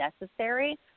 necessary